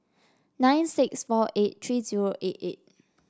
nine six four eight three zero eight eight